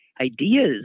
ideas